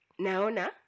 Naona